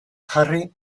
jarri